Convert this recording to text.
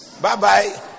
Bye-bye